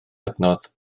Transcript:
adnodd